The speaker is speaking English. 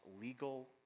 legal